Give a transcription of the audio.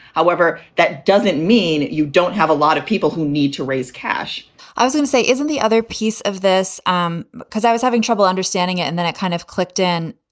however, that doesn't mean you don't have a lot of people who need to raise cash i wouldn't um say. isn't the other piece of this um because i was having trouble understanding it and then it kind of clicked in.